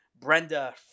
Brenda